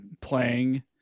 playing